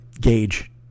gauge